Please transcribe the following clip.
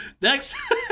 Next